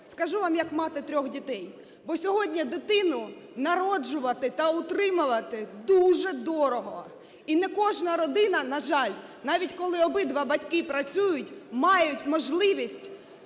Скажу вам як мати трьох дітей: бо сьогодні дитину народжувати та утримувати дуже дорого. І не кожна родина, на жаль, навіть коли обидва батьки працюють, має можливість